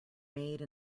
made